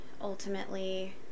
ultimately